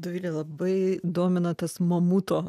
dovile labai domina tas mamuto